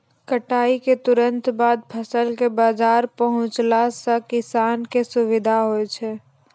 कटाई क तुरंत बाद फसल कॅ बाजार पहुंचैला सें किसान कॅ सुविधा होय छै